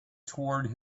toward